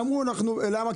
למה?